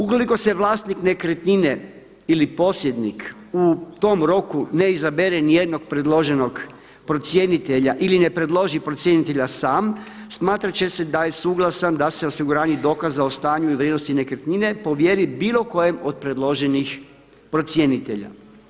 Ukoliko se vlasnik nekretnine ili posjednik u tom roku ne izabere ni jednog predloženog procjenitelja ili ne predloži procjenitelja sam smatrat će se da je suglasan da se osiguranje dokaza o stanju i vrijednosti nekretnine povjeri bilo kojem od predloženih procjenitelja.